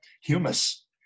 humus